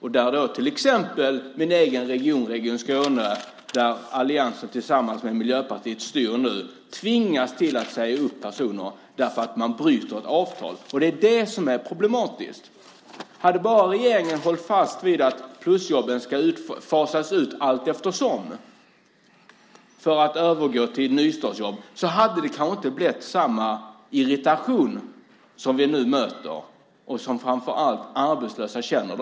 Till exempel tvingas nu min egen region, Region Skåne, där alliansen tillsammans med Miljöpartiet styr att säga upp personer för att man bryter ett avtal. Det är det som är problematiskt. Hade bara regeringen hållit fast vid att plusjobben ska fasas ut allteftersom för att övergå till nystartsjobb så hade det kanske inte blivit samma irritation som vi nu möter och som framför allt arbetslösa känner.